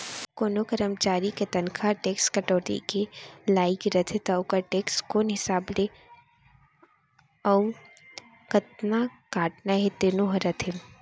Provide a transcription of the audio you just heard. कोनों करमचारी के तनखा ह टेक्स कटौती के लाइक रथे त ओकर टेक्स कोन हिसाब ले अउ कतका काटना हे तेनो ह रथे